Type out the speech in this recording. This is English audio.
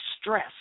stress